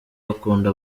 bakunda